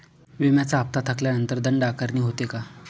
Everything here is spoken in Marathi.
विम्याचा हफ्ता थकल्यानंतर दंड आकारणी होते का?